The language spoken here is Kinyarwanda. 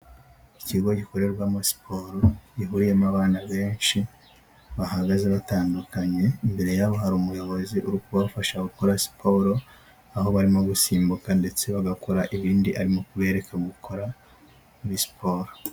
Ikigo gikorerwamo siporo, gihuriyemo abana benshi bahagaze batandukanye. Imbere yabo hari umuyobozi uri kubafasha gukora siporo, aho barimo gusimbuka ndetse bagakora ibindi arimo kubereka gukora muri siporo.